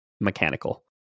mechanical